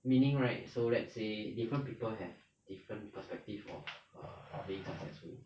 meaning right so let's say different people have different perspective of err being successful